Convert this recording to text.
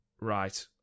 Right